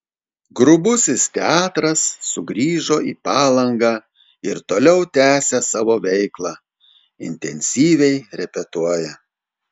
grubusis teatras sugrįžo į palangą ir toliau tęsią savo veiklą intensyviai repetuoja